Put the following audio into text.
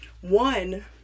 One